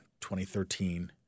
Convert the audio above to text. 2013